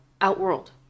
Outworld